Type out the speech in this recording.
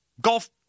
golf